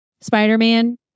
Spider-Man